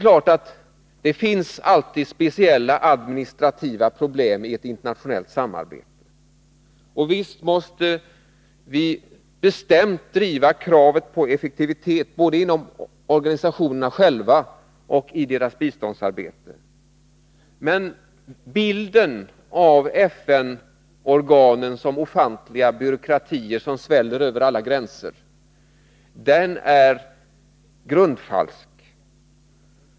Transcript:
Visst finns alltid speciella administrativa problem i ett internationellt samarbete. Visst måste vi bestämt driva kravet på effektivitet både inom organisationen själv och i dess biståndsarbete. Men bilden av FN-organen som ofantliga byråkratier som sväller över alla gränser är grundfalsk.